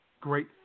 Great